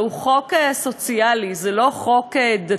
זהו חוק סוציאלי, זה לא חוק דתי.